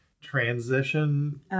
transition